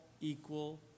equal